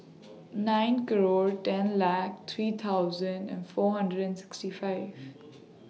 nine grow ten La three thousand and four hundred and sixty five